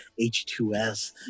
H2S